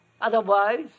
Otherwise